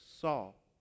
Saul